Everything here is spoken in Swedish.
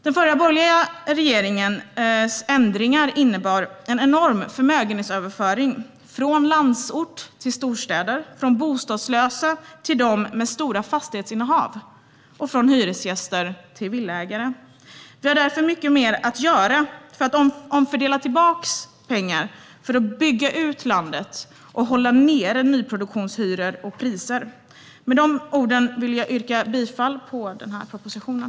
Den förra, borgerliga regeringens ändringar innebar en enorm förmögenhetsöverföring från landsort till storstäder, från de bostadslösa till dem med stora fastighetsinnehav och från hyresgäster till villaägare. Vi har därför mycket kvar att göra för att omfördela pengar, bygga ut landet och hålla ned nyproduktionshyror och priser. Med dessa ord vill jag yrka bifall till propositionen.